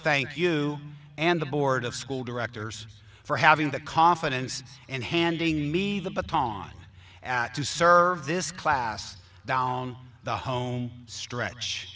thank you and the board of school directors for having the confidence and handing me the baton to serve this class down the home stretch